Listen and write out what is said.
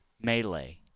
Melee